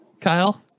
Kyle